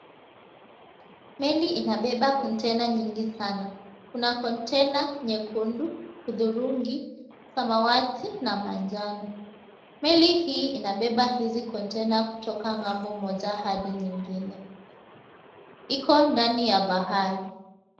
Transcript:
Meli inabiba ko tena nyingi sana. Kuna kontena nyekundu, samawati, na manjano. Meli hii inabeba hizi kontena kutoka ng'ambo moja hadi nyingine. Iko ndani ya bahari.